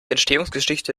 entstehungsgeschichte